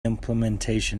implementation